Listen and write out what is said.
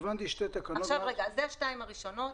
אלה השתיים הראשונות.